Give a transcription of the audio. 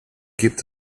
gibt